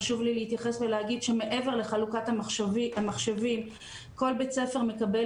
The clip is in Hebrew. חשוב לי להתייחס ולהגיד שמעבר לחלוקת המחשבים כל בית ספר מקבל